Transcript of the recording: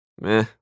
meh